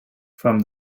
from